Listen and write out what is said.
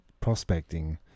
prospecting